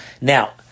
Now